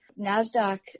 NASDAQ